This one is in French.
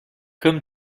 comme